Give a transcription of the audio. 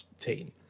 team